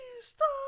Stop